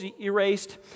erased